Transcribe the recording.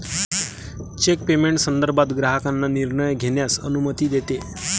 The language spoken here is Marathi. चेक पेमेंट संदर्भात ग्राहकांना निर्णय घेण्यास अनुमती देते